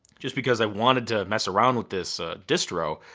just because i wanted to mess around with this distro.